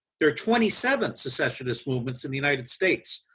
there are twenty seven secessionist movements in the united states.